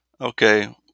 Okay